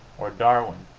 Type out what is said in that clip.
or darwin.